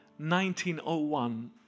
1901